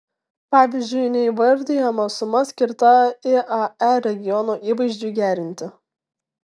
pavyzdžiui neįvardijama suma skirta iae regiono įvaizdžiui gerinti